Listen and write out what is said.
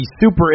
super